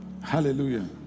Hallelujah